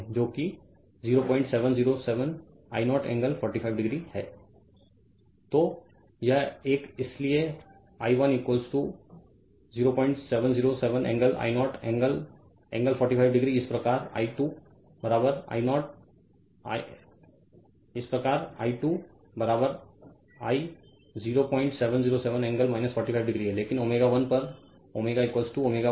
Refer Slide Time 3053 तो यह एक इसलिए I 1 0707 angle I 0 angle angle 45 degree इसी प्रकार I 2 बराबर I 0707 एंगल 45 डिग्री है लेकिन ω 1 पर ω ω 1 XC XL R